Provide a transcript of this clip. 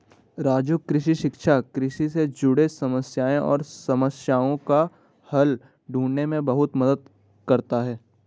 राजू कृषि शिक्षा कृषि से जुड़े समस्याएं और समस्याओं का हल ढूंढने में बहुत मदद करता है